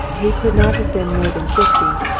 he could not have been more than fifty,